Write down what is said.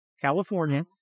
California